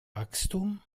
wachstum